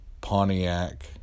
Pontiac